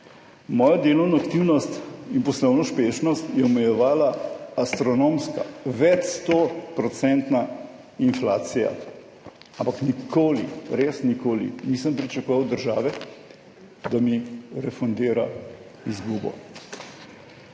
Mojo delovno aktivnost in poslovno uspešnost je omejevala astronomska, več 100 % inflacija, ampak nikoli, res nikoli nisem pričakoval od države, da mi refundira izgubo.